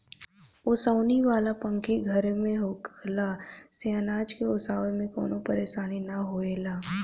ओसवनी वाला पंखी अपन घरे होखला से अनाज के ओसाए में कवनो परेशानी ना होएला